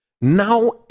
now